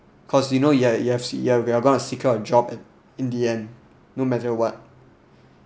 cause you know you've you've you're gonna secure a job in the end no matter what